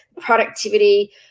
productivity